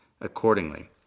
accordingly